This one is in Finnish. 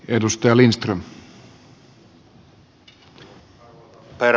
arvoisa herra puhemies